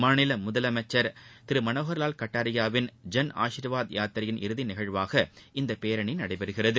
மாநில முதலமைச்சர் திரு மனோகர்லால் கட்டாரியாவின் ஜன் ஆஷிர்வாத் யாத்திரையின் இறுதி நிகழ்வாக இந்த பேரணி நடைபெறுகிறது